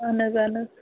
اَہَن حظ اَہَن حظ